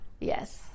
Yes